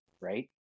right